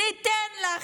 ניתן לה